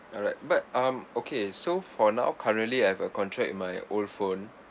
alright but um okay so for now currently I have a contract with my old phone